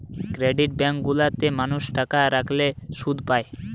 credit bank গুলা তে মানুষ টাকা রাখলে শুধ পায়